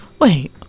wait